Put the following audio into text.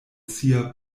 sia